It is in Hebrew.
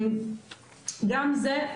גם זה,